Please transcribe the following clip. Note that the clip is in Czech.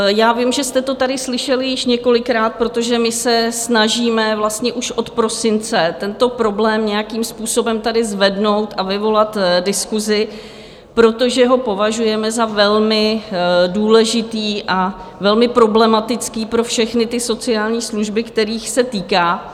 Já vím, že jste to tady slyšeli již několikrát, protože my se snažíme vlastně už od prosince tento problém nějakým způsobem tady zvednout a vyvolat diskusi, protože ho považujeme za velmi důležitý a velmi problematický pro všechny sociální služby, kterých se týká.